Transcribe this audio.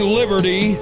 liberty